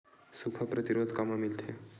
सुखा प्रतिरोध कामा मिलथे?